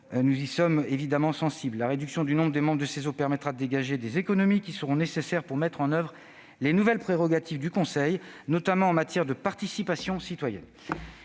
nous sommes sensibles à cette question. La réduction du nombre des membres du CESE permettra de dégager les économies nécessaires pour mettre en oeuvre les nouvelles prérogatives du Conseil, notamment en matière de participation citoyenne.